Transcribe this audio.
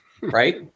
right